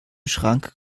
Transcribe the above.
schrank